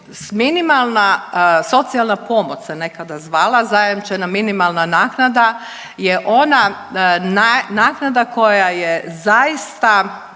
minimalna socijalna pomoć se nekada zvala, zajamčena minimalna naknada je ona naknada koja je zaista